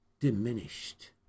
diminished